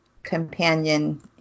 companion